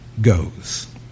goes